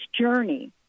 journey